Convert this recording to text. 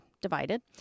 divided